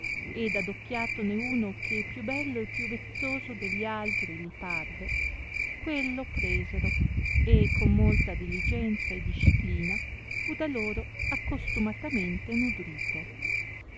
ed adocchiatone uno che più bello e più vezzoso de gli altri li parve quello presero e con molta diligenza e disciplina fu da loro accostumatamente nudrito